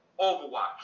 Overwatch